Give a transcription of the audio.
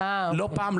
לא פעם,